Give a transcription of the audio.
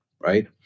Right